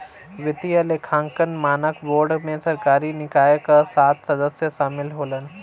वित्तीय लेखांकन मानक बोर्ड में सरकारी निकाय क सात सदस्य शामिल होलन